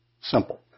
Simple